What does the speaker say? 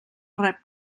rep